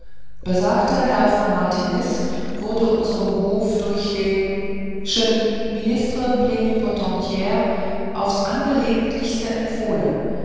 besagter herr von martiniz wurde unserem hofe durch den schen ministre plnipotentiaire aufs angelegentlichste empfohlen